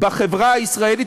בחברה הישראלית,